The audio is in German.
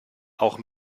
auch